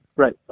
Right